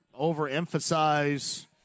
overemphasize